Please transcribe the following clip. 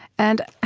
and,